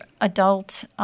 adult